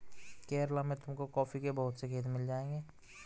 केरला में तुमको कॉफी के बहुत से खेत मिल जाएंगे